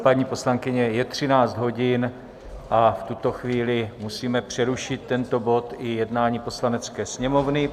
Já se omlouvám, paní poslankyně, je 13 hodin a v tuto chvíli musíme přerušit tento bod i jednání Poslanecké sněmovny.